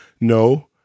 No